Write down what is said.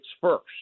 first